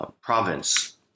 province